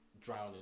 drowning